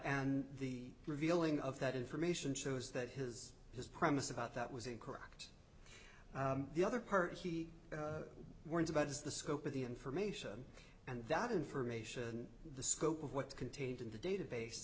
and the revealing of that information shows that his his promise about that was incorrect the other part he warns about is the scope of the information and that information the scope of what's contained in the database